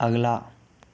अगला